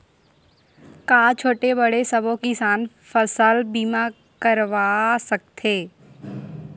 का छोटे बड़े सबो किसान फसल बीमा करवा सकथे?